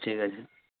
ঠিক আছে